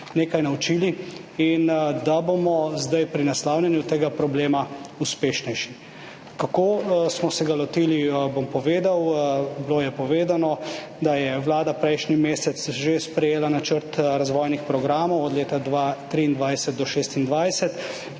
nekaj naučili in da bomo zdaj pri naslavljanju tega problema uspešnejši. Povedal bom, kako smo se ga lotili. Povedano je bilo, da je Vlada prejšnji mesec že sprejela načrt razvojnih programov od leta 2023 do 2026,